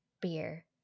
beer